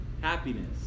Happiness